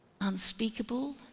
Unspeakable